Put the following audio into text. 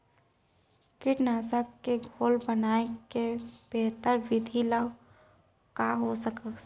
कीटनाशक के घोल बनाए के बेहतर विधि का हो सकत हे?